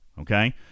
Okay